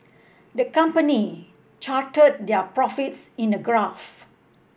the company charted their profits in a graph